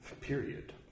Period